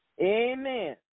Amen